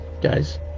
guys